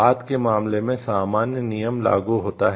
बाद के मामले में सामान्य नियम लागू होता है